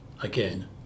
again